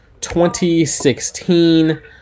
2016